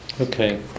Okay